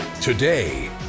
Today